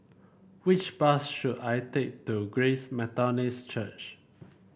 which bus should I take to Grace Methodist Church